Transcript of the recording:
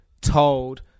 told